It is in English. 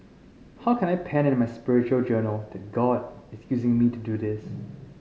how can I pen in my spiritual journal that God is using me to do this